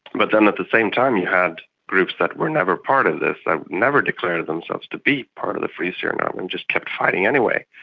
but then at the same time you had groups that were never part of this, that never declared themselves to be part of the free syrian army and just kept fighting anyway.